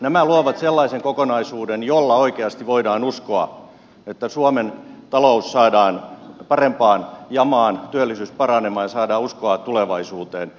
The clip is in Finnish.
nämä luovat sellaisen kokonaisuuden että oikeasti voidaan uskoa että suomen talous saadaan parempaan jamaan työllisyys paranemaan ja saadaan uskoa tulevaisuuteen